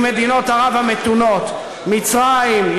עם מדינות ערב המתונות: מצרים,